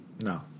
No